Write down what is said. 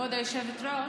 כבוד היושבת-ראש,